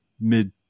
mid